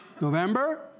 November